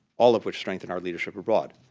all of which strengthen our leadership abroad.